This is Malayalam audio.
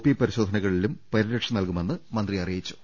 പി പരിശോധനകളിലും പരിരക്ഷ നൽകുമെന്നും മന്ത്രി അറി യിച്ചു